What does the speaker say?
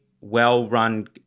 well-run